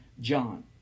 john